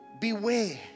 beware